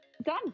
done